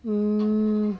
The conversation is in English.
mm